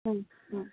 thank you